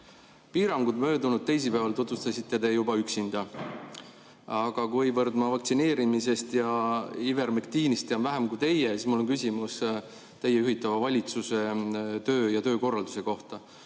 olevat. Möödunud teisipäeval tutvustasite te piiranguid juba üksinda. Aga kuna ma vaktsineerimisest ja ivermektiinist tean vähem kui teie, siis mul on küsimus teie juhitava valitsuse töö ja töökorralduse kohta.